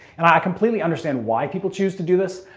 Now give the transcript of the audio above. and i completely understand why people choose to do this,